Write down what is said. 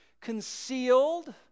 concealed